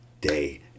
day